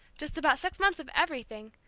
just about six months of everything,